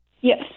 Yes